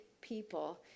people